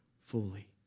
fully